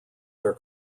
their